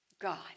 God